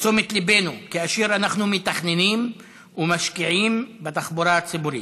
לתשומת ליבנו כאשר אנחנו מתכננים ומשקיעים בתחבורה הציבורית.